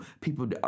people